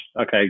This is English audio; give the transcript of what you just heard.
Okay